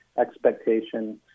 expectation